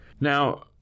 Now